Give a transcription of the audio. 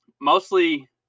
Mostly